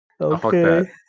Okay